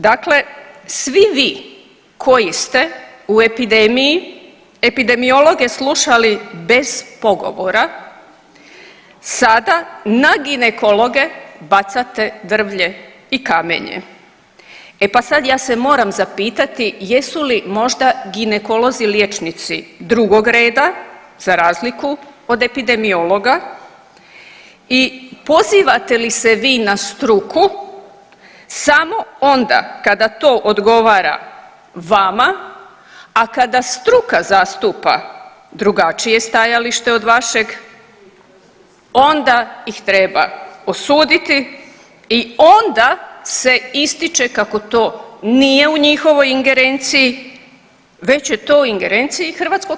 Dakle, svi vi koji ste u epidemiji epidemiologe slušali bez pogovora sada na ginekologe bacate drvlje i kamenje, e pa sad ja se moram zapitati jesu li možda ginekolozi liječnici drugog reda za razliku od epidemiologa i pozivate li se vi na struku samo onda kada to odgovara vama, a kada struka zastupa drugačije stajalište od vašeg onda ih treba osuditi i onda se ističe kako to nije u njihovoj ingerenciji već je to u ingerenciji HS.